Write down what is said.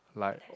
like